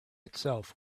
itself